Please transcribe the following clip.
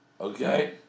Okay